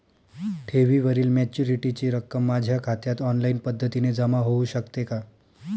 ठेवीवरील मॅच्युरिटीची रक्कम माझ्या खात्यात ऑनलाईन पद्धतीने जमा होऊ शकते का?